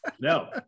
No